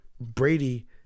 Brady